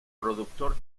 productor